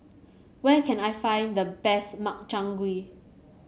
where can I find the best Makchang Gui